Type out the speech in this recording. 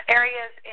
areas